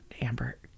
Amber